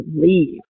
leave